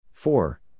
Four